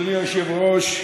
אדוני היושב-ראש,